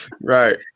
right